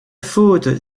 faute